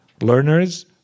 learners